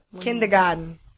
Kindergarten